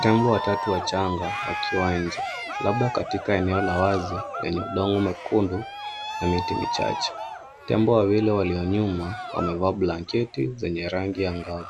Tembo watatu wachanga wakiwa nje, labda katika eneo la wazi lenye udongo mwekundu na miti michache. Tembo wawili walio nyuma wamevaa blanketi zenye rangi angavu,